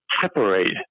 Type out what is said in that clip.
separate